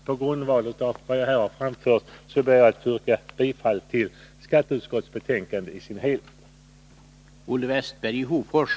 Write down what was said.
På grundval av vad jag här har framfört ber jag att få yrka bifall till utskottets hemställan i dess helhet.